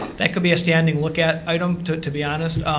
that could be a standing look at item to to be honest.